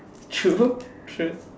true true